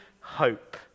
hope